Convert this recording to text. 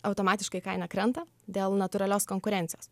automatiškai kaina krenta dėl natūralios konkurencijos